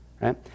right